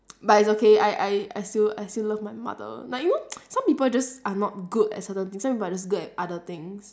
but it's okay I I I still I still love my mother like you know some people just are not good at certain things some people are just good at other things